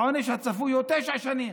העונש הצפוי הוא תשע שנים.